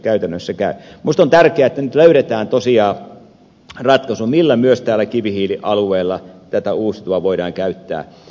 minusta on tärkeää että nyt löydetään tosiaan ratkaisu millä myös täällä kivihiilialueella uusiutuvaa voidaan käyttää